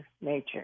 nature